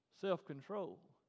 self-control